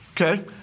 Okay